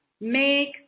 make